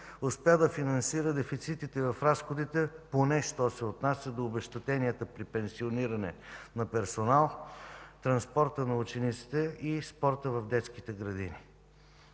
успя да финансира дефицитите в разходите, поне що се отнася до обезщетенията при пенсиониране на персонал, транспорта на учениците и спорта в детските градини.